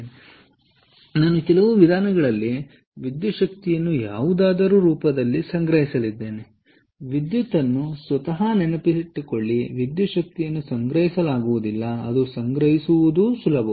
ಆದ್ದರಿಂದ ನಾನು ಕೆಲವು ವಿಧಾನಗಳಲ್ಲಿ ವಿದ್ಯುತ್ ಶಕ್ತಿಯನ್ನು ಯಾವುದಾದರೂ ರೂಪದಲ್ಲಿ ಸಂಗ್ರಹಿಸಲಿದ್ದೇನೆ ವಿದ್ಯುತ್ ಅನ್ನು ಸ್ವತಃ ನೆನಪಿಟ್ಟುಕೊಳ್ಳಿ ವಿದ್ಯುತ್ ಶಕ್ತಿಯನ್ನು ಸಂಗ್ರಹಿಸಲಾಗುವುದಿಲ್ಲ ಅದು ಸಂಗ್ರಹಿಸುವುದು ಸುಲಭವಲ್ಲ